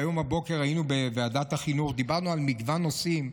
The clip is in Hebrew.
היום הבוקר היינו בוועדת החינוך ודיברנו על מגוון נושאים,